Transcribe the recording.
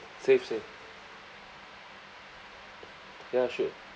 safe safe ya should